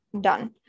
done